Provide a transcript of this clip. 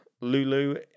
Lulu